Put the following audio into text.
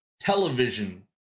television